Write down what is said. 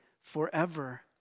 forever